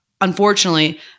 unfortunately